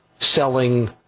selling